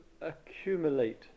accumulate